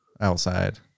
outside